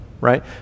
right